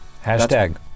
Hashtag